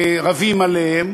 ורבים עליהם,